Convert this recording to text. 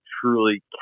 truly